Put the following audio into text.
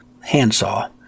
handsaw